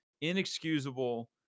inexcusable